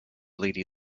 lady